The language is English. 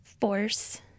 force